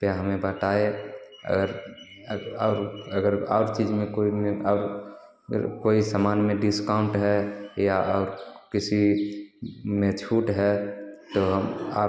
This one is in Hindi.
कृपया हमें बताए अगर और अगर और चीज़ में कोई में अब अगर कोई सामान में डिस्काउन्ट है या और किसी में छूट है तो हम आप